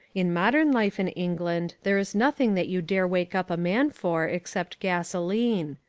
in modern life in england there is nothing that you dare wake up a man for except gasoline.